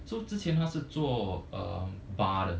so 之前他是做 bar 的